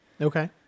Okay